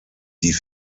die